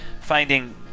finding